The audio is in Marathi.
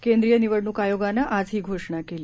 केंद्रीय निवडणुक आयोगानं आज ही घोषणा केली